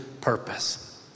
purpose